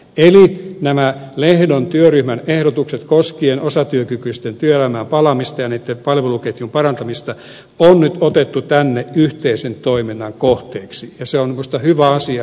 eli nämä lehdon työryhmän ehdotukset koskien osatyökykyisten työelämään palaamista ja palveluketjun parantamista on nyt otettu yhteisen toiminnan kohteeksi ja se on minusta hyvä asia